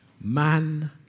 man